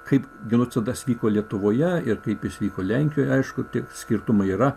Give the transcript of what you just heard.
kaip genocidas vyko lietuvoje ir kaip jis vyko lenkijoje aišku tie skirtumai yra